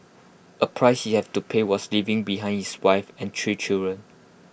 A price he have to pay was leaving behind his wife and three children